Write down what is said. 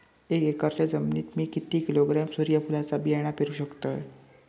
एक एकरच्या जमिनीत मी किती किलोग्रॅम सूर्यफुलचा बियाणा पेरु शकतय?